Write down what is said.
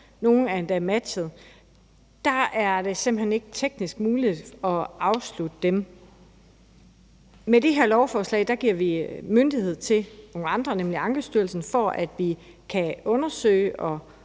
nogle er endda matchet – er det simpelt hen ikke teknisk muligt at afslutte dem. Med det her lovforslag giver vi myndighed til nogle andre, nemlig Ankestyrelsen, for at vi kan undersøge og